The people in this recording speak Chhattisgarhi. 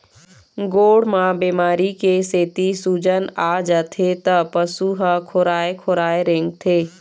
गोड़ म बेमारी के सेती सूजन आ जाथे त पशु ह खोराए खोराए रेंगथे